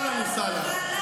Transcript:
אהלן וסהלן.